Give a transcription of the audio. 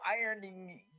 ironing